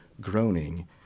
groaning